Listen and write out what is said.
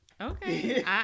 Okay